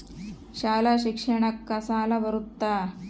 ಶಾಲಾ ಶಿಕ್ಷಣಕ್ಕ ಸಾಲ ಬರುತ್ತಾ?